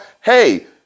hey